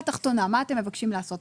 שוב, בשורה התחתונה, מה אתם מבקשים לעשות?